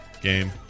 game